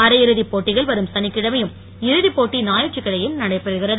அரையிறுதி போட்டிகள் வரும் சனிக்கிழமை யும் இறுதிபோட்டி ஞாயிற்றுக்கிழமையும் நடைபெறுகிறது